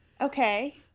Okay